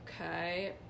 Okay